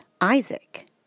Isaac